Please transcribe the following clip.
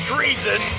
treason